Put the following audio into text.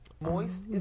Moist